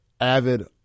avid